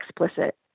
explicit